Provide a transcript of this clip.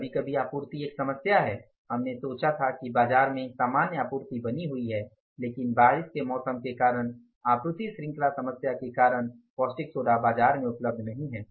कभी कभी आपूर्ति एक समस्या है हमने सोचा था कि बाजार में सामान्य आपूर्ति बनी हुई है लेकिन बारिश के मौसम के कारण आपूर्ति श्रृंखला समस्या के कारण कास्टिक सोडा बाजार में उपलब्ध नहीं है